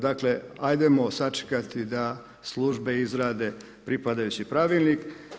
Dakle, ajdemo sad sačekati da službe izrade pripadajući pravilnik.